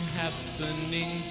happening